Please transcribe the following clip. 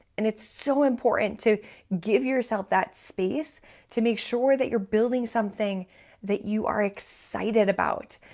and it's so important to give yourself that space to make sure that you're building something that you are excited about.